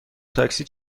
تاکسی